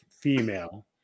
female